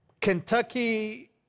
Kentucky